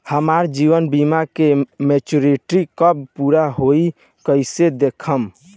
हमार जीवन बीमा के मेचीयोरिटी कब पूरा होई कईसे देखम्?